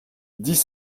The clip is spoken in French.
dix